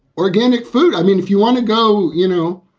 organic food. i mean, if you want to go, you know,